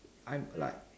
I'm like